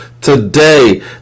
today